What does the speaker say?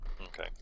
Okay